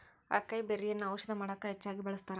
ಅಕೈಬೆರ್ರಿಯನ್ನಾ ಔಷಧ ಮಾಡಕ ಹೆಚ್ಚಾಗಿ ಬಳ್ಸತಾರ